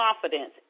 confidence